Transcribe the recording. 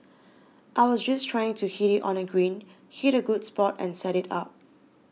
I was just trying to hit it on the green hit a good shot and set it up